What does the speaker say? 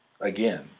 again